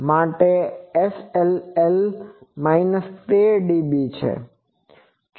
અને N120 માટે SLL છે